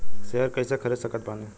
Share कइसे खरीद सकत बानी?